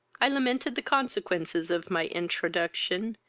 i lamented the consequences of my intro-troduction,